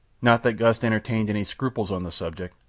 not that gust entertained any scruples on the subject,